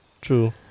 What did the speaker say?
true